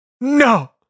No